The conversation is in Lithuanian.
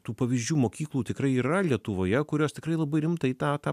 tų pavyzdžių mokyklų tikrai yra lietuvoje kurios tikrai labai rimtai tą tą